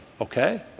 Okay